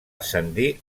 ascendir